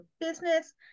business